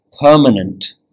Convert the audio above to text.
permanent